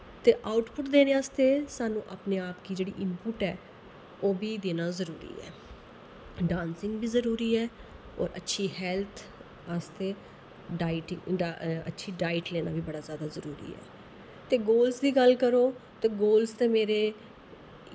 ते आउटपुट देने आस्तै सानू अपने आप गी जेह्ड़ी इनपुट ऐ ओह् बी देना जरूरी ऐ डांसिंग बी जरूरी ऐ होर अच्छी हैल्थ आस्तै डाइट अच्छी डाइट लैना बी बड़ा ज्यादा जरूरी ऐ ते गोल्ज दी गल्ल करो ते गोल्ज ते मेरे